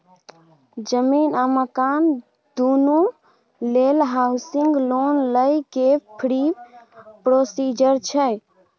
जमीन आ मकान दुनू लेल हॉउसिंग लोन लै के की प्रोसीजर छै?